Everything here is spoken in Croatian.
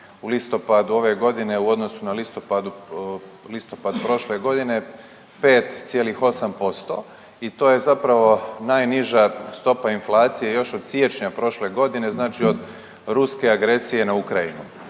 u listopadu ove godine u odnosu na listopadu, listopad prošle godine 5,8% i to je zapravo najniža stopa inflacije još od siječnja prošle godine, znači od ruske agresije na Ukrajinu.